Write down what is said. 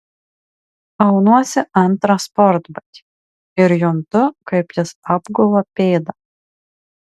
aunuosi antrą sportbatį ir juntu kaip jis apgula pėdą